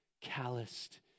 calloused